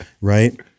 right